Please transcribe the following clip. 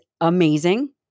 amazing